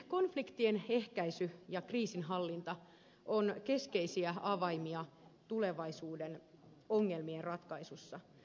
konfliktien ehkäisy ja kriisinhallinta ovat keskeisiä avaimia tulevaisuuden ongelmien ratkaisussa